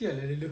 [sial] ah